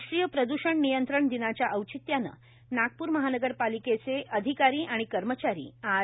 राष्ट्रीय प्रदृषण नियंत्रण दिनाच्या औचित्यानं नागप्र महानगरपालिकेचे अधिकारी आणि कर्मचारी आज